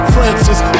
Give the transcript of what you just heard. Francis